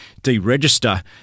deregister